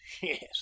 Yes